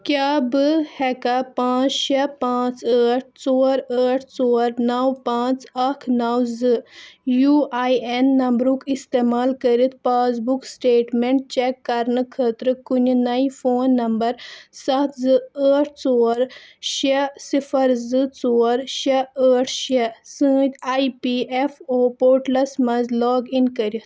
کیٛاہ بہٕ ہیٚکا پانٛژھ شیٚے پانٛژھ ٲٹھ ژور ٲٹھ ژور نو پانژ اکھ نو زٕ یو آۍ این نمبرُک استعمال کٔرِتھ پاس بُک سِٹیٹمٮ۪نٛٹ چیک کرنہٕ خٲطرٕ کُنہِ نیہِ فون نمبر سَتھ زٕ ٲٹھ ژور شیٚے صِفر زٕ ژور شیٚے ٲٹھ شیٚے سۭتۍ E P F O portals مَنٛز لاگ اِن کٔرتھ